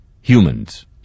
humans